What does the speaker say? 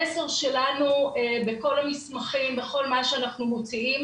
המסר שלנו בכל המסמכים ובכל מה שאנחנו מוציאים,